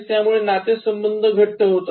यामुळे नातेसंबंध घट्ट होतात